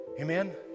Amen